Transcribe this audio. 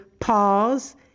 pause